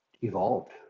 evolved